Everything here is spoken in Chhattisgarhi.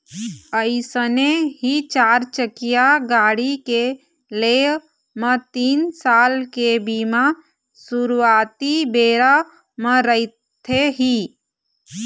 अइसने ही चारचकिया गाड़ी के लेय म तीन साल के बीमा सुरुवाती बेरा म रहिथे ही